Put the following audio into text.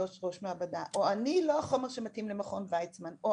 ראש מעבדה.." או "..אני לא החומר שמתאים למכון וייצמן.."